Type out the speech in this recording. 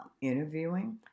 interviewing